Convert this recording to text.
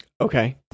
okay